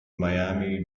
miami